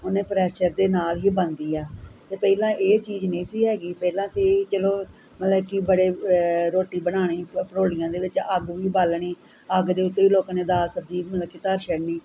ਹੁਣ ਇਹ ਪ੍ਰੈਸ਼ਰ ਦੇ ਨਾਲ ਹੀ ਬਣਦੀ ਆ ਅਤੇ ਪਹਿਲਾਂ ਇਹ ਚੀਜ਼ ਨਹੀਂ ਸੀ ਹੈਗੀ ਪਹਿਲਾਂ ਤਾਂ ਚਲੋ ਮਤਲਬ ਕਿ ਬੜੇ ਰੋਟੀ ਬਣਾਉਣੀ ਭ ਭੜੋਲੀਆਂ ਦੇ ਵਿੱਚ ਅੱਗ ਵੀ ਬਾਲਣੀ ਅੱਗ ਦੇ ਉੱਤੇ ਹੀ ਲੋਕਾਂ ਨੇ ਦਾਲ ਸਬਜ਼ੀ ਮਤਲਬ ਕਿ ਧਰ ਛੱਡਣੀ